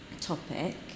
topic